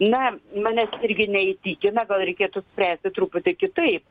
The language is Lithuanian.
na manęs irgi neįtikina gal reikėtų spręsti truputį kitaip